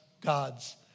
God's